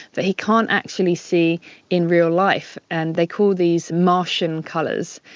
that he can't actually see in real life. and they call these martian colours.